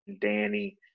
Danny